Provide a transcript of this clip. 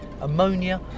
ammonia